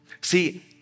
See